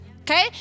Okay